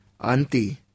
Anti